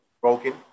broken